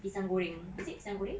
pisang goreng is it pisang goreng